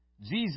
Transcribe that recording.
Jesus